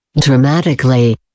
Dramatically